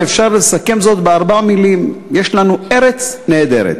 ואפשר לסכם זאת בארבע מילים: יש לנו ארץ נהדרת.